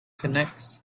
connects